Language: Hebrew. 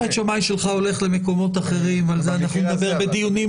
בית שמאי שלך הולך למקומות אחרים ועל זה נדבר בדיונים.